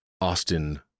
Austin